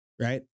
right